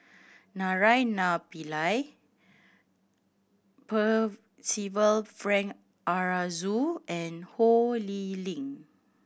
Naraina Pillai Percival Frank Aroozoo and Ho Lee Ling